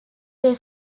they